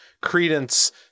credence